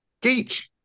Geach